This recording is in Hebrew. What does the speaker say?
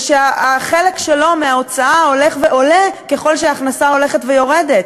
ושהחלק שלו מההוצאה הולך ועולה ככל שההכנסה הולכת ויורדת?